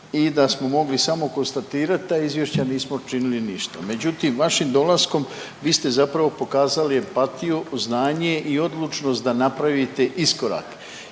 i da smo mogli samo konstatirati ta izvješća, nismo činili ništa. Međutim, vašim dolaskom vi ste zapravo pokazali empatiju, znanje i odlučnost da napravite iskorak